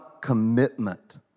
commitment